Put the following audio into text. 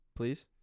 Please